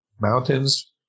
Mountains